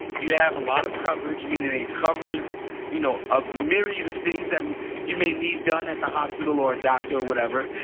you have a lot of coverage meaning a covers you know a myriad of things that you may need done at the hospital or a doctor or whatever.